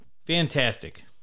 Fantastic